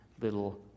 little